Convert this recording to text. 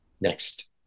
next